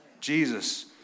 Jesus